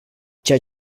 ceea